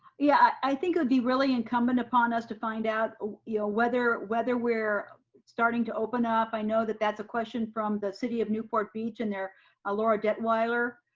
yeah, i think it'd be really incumbent upon us to find out ah yeah whether whether we're starting to open up, i know that that's a question from the city of newport beach and they're ah laura detweiler,